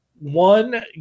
One